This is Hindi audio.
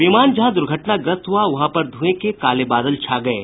विमान जहां दुर्घटनाग्रस्त हुआ वहां पर धुएं के काले बादल छा गये